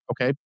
Okay